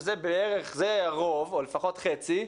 שזה הרוב או לפחות חצי,